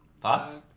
Thoughts